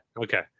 okay